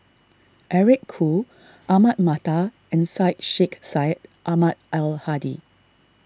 Eric Khoo Ahmad Mattar and Syed Sheikh Syed Ahmad Al Hadi